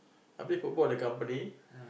I play football the company